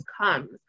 comes